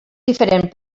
diferent